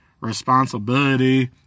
responsibility